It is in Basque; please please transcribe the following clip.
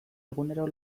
egunero